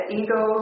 ego